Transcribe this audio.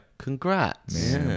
Congrats